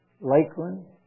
Lakeland